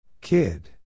Kid